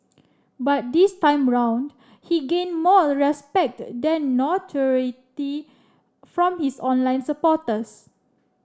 but this time round he gained more respect than notoriety from his online supporters